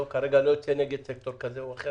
אני כרגע לא יוצא נגד סקטור כזה או אחר,